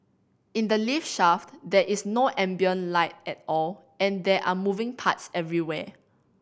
in the lift shaft there is no ambient light at all and there are moving parts everywhere